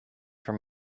from